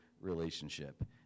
relationship